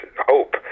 hope